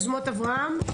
יוזמות אברהם,